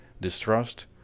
distrust